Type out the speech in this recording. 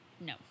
No